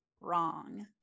wrong